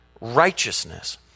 righteousness